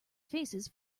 faces